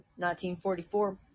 1944